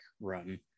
run